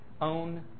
own